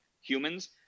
humans